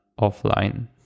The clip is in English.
offline